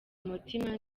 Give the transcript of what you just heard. mutima